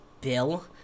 Bill